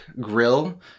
Grill